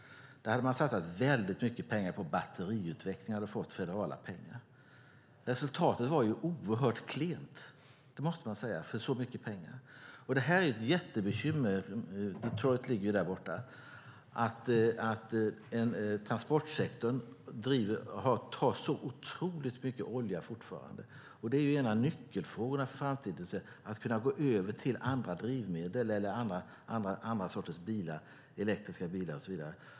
Där hade man satsat mycket pengar på batteriutveckling. Man hade fått federala pengar till detta. Resultatet var oerhört klent för så mycket pengar, måste man säga. Detroit ligger där borta. Det är ett jättebekymmer att transportsektorn fortfarande tar så otroligt mycket olja. Det är en av nyckelfrågorna för framtiden att kunna gå över till andra drivmedel eller andra sorters bilar - elektriska och så vidare.